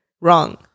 wrong